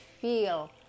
feel